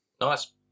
Nice